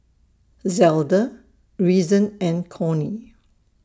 Zelda Reason and Cornie